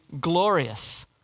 Glorious